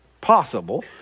possible